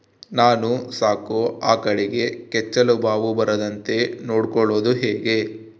ನಾನು ಸಾಕೋ ಆಕಳಿಗೆ ಕೆಚ್ಚಲುಬಾವು ಬರದಂತೆ ನೊಡ್ಕೊಳೋದು ಹೇಗೆ?